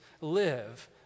live